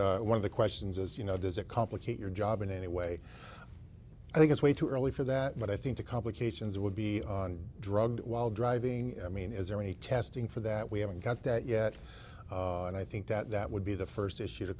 think one of the questions as you know does it complicate your job in any way i think it's way too early for that but i think the complications would be on drugs while driving i mean is there any testing for that we haven't got that yet and i think that that would be the first issue to